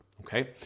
okay